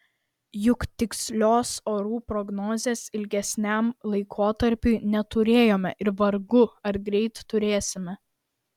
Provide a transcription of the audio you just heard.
juk tikslios orų prognozės ilgesniam laikotarpiui neturėjome ir vargu ar greit turėsime